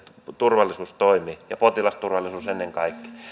turvallisuus toimii ja potilasturvallisuus ennen kaikkea on se lähtökohta että niitä asiakkaita voi